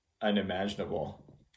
unimaginable